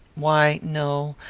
why, no.